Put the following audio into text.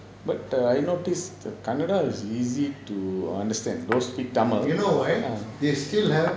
but err I notice that kannada is easy to understand those speak tamil ah